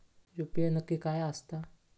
UPI नक्की काय आसता?